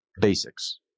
basics